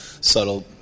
subtle